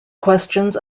questions